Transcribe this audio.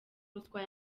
ruswa